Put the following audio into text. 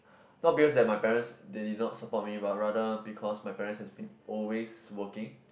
not because that my parents they did not support me but rather because my parents has been always working